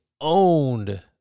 owned